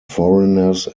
foreigners